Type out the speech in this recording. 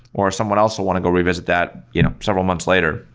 or someone else will want to go revisit that you know several months later,